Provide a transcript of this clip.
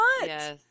Yes